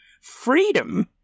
freedom